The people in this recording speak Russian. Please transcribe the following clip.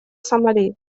сомали